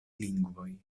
lingvoj